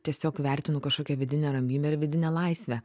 tiesiog vertinu kažkokią vidinę ramybę ir vidinę laisvę